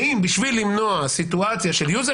האם בשביל למנוע סיטואציה של יוזר